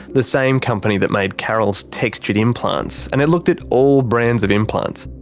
the same company that made carol's textured implants and it looked at all brands of implants.